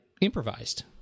Improvised